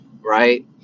right